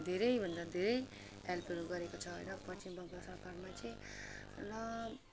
धेरैभन्दा धेरै हेल्पहरू गरेको छ होइन पश्चिम बङ्गाल सरकारमा चाहिँ र